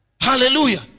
hallelujah